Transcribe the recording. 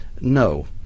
No